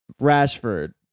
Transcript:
Rashford